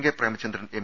K Premachandran M